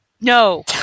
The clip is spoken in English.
No